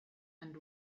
and